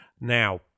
Now